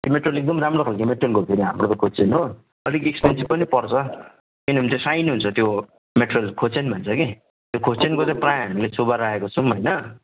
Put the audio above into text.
त्यो मेटेरियल एकदम राम्रो खालके मेटेरियल हो फेरि हाम्रो खुच्चेन हो अलिक इक्सपेन्सिभ पनि पर्छ किनभने त्यो साइन हुन्छ त्यो मेटेरियल खुच्चेन भन्छ कि त्यो खुच्चेनको चाहिँ प्रायः हामीले छुबा राखेको छौँ होइन